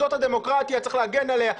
זאת הדמוקרטיה וצריך להגן עליה,